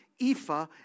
Ephah